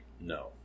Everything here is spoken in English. No